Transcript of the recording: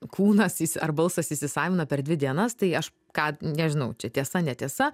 kūnas jis ar balsas įsisavina per dvi dienas tai aš ką nežinau čia tiesa netiesa